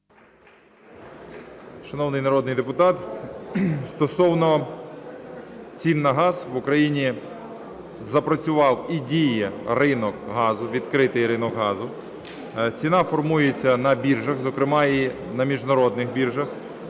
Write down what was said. Шановний народний депутат, стосовно цін на газ. В Україні запрацював і діє ринок газу, відкритий ринок газу. Ціна формується на біржах, зокрема і на міжнародних біржах.